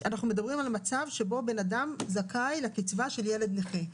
אנחנו מדברים על מצב שבו אדם זכאי לקצבה של ילד נכה.